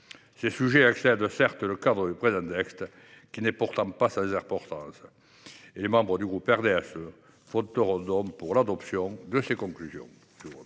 ces sujets excèdent le cadre du présent texte, celui ci n’est pourtant pas sans importance. Les membres du groupe du RDSE voteront donc pour l’adoption des conclusions